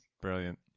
Brilliant